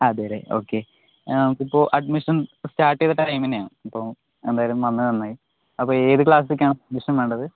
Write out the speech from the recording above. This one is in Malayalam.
അതെ അല്ലെ ഓക്കേ ഇപ്പോൾ അഡ്മിഷൻ സ്റ്റാർട്ട് ചെയ്ത ടൈം തന്നെയാണ് അപ്പോൾ എന്തായാലും വന്നത് നന്നായി അപ്പോൾ ഏതു ക്ലാസ്സിലേക്കാണ് അഡ്മിഷൻ വേണ്ടത്